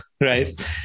Right